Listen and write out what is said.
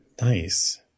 Nice